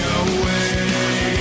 away